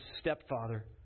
stepfather